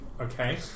Okay